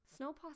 Snowpaw